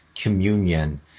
communion